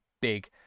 big